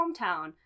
hometown